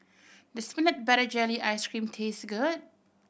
does peanut butter jelly ice cream taste good